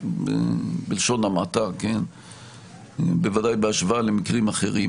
בלשון המעטה, בוודאי בהשוואה למקרים אחרים.